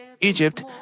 Egypt